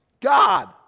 God